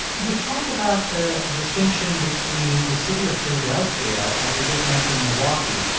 you talk about the distinction between the city of philadelphia and you just mentioned milwaukee.